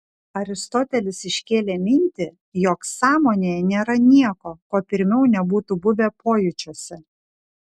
aristotelis iškėlė mintį jog sąmonėje nėra nieko ko pirmiau nebūtų buvę pojūčiuose